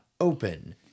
open